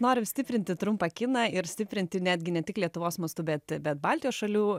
norim stiprinti trumpą kiną ir stiprinti netgi ne tik lietuvos mastu bet bet baltijos šalių